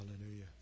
Hallelujah